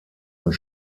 und